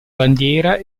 bandiera